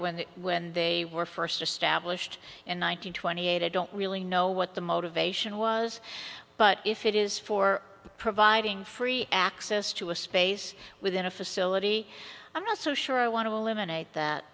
when the when they were first established in one nine hundred twenty eight i don't really know what the motivation was but if it is for providing free access to a space within a facility i'm not so sure i want to eliminate that